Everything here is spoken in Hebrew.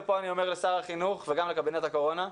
ופה אני אומר לשר החינוך וגם לקבינט הקורונה,